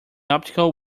optical